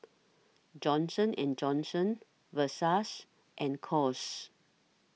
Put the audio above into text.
Johnson and Johnson Versace and Kose